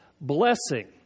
blessing